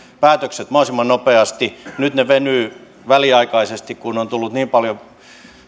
päätökset mahdollisimman nopeasti nyt ne venyvät väliaikaisesti kun on tullut niin paljon